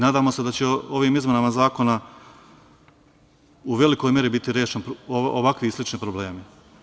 Nadamo se da će ovim izmenama zakona u velikoj meri biti rešeni ovakvi i slični problemi.